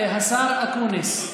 השר אקוניס.